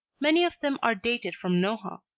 many of them are dated from nohant.